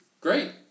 Great